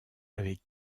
avec